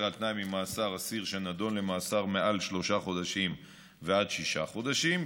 על תנאי ממאסר אסיר שנדון למאסר של מעל שלושה חודשים ועד שישה חודשים,